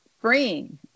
freeing